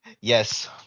Yes